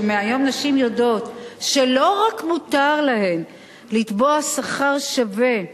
שמהיום נשים יודעות שלא רק מותר להן לתבוע שכר שווה,